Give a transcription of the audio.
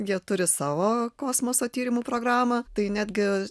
jie turi savo kosmoso tyrimų programą tai netgi